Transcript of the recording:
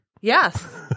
Yes